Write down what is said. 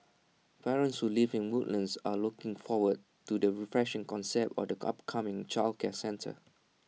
parents who live in Woodlands are looking forward to the refreshing concept or the upcoming childcare centre